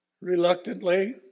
Reluctantly